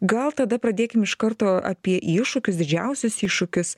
gal tada pradėkim iš karto apie iššūkius didžiausius iššūkius